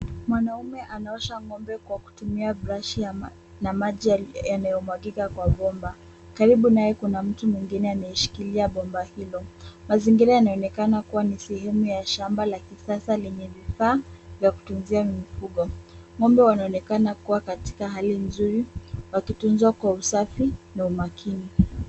Mwanaume anaosha ng'ombe Kwa kutumia brashi na maji yanayomwagika kwa bomba karibu naye kuna mtu mwingine anayeshikilia bomba hilo mazingira yanaonekana kuwa ni sehemu ya shamba la kisasa lenye vifaa vya kutumzia mifugo. Ng'ombe wanaonekana kuwa katika hali nzuri wakituzwa kwa usafi na umakini.